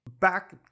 Back